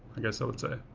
i guess i would say.